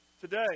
today